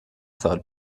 سال